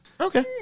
Okay